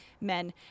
men